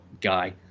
guy